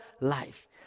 life